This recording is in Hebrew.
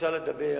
אפשר לדבר,